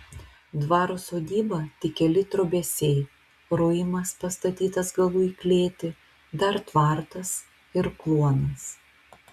dvaro sodyba tik keli trobesiai ruimas pastatytas galu į klėtį dar tvartas ir kluonas